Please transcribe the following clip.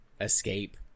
escape